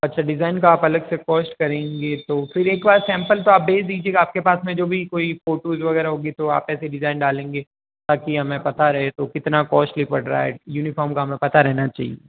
अच्छा डिजाइन का आप अलग से कॉस्ट करेंगे तो फिर एक बार सैंपल तो आप भेज दीजिएगा आपके पास में जो भी कोई फोटोज़ वगैरह होगी तो आप ऐसे डिजाइन डालेंगे ताकि हमें पता रहे तो कितना कॉस्टली पड़ रहा है यूनिफॉर्म का हमें पता रहना चाहिए